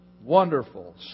Wonderful